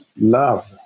love